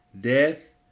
Death